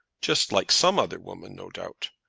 just like some other women, no doubt.